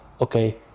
okay